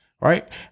Right